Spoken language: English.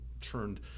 turned